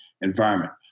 environment